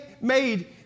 made